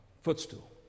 footstool